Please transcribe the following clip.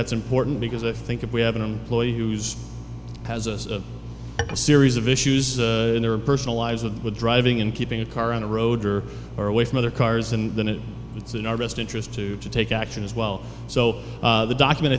that's important because i think if we have an employee who's has a series of issues in their personal lives of driving and keeping a car on the road or are away from other cars and that it's in our best interest to take action as well so the document